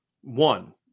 One